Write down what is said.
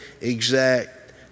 exact